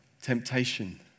temptation